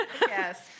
Yes